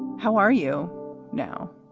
how are you now?